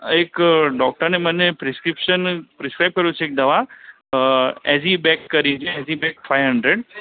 એક ડૉક્ટરે મને પ્રિસ્ક્રિપ્શન પ્રિસ્ક્રાઈબ કર્યું છે એક દવા ઍક્સઇબેક કરીને ઍક્સઇબેક ફાઇવ હન્ડ્રેડ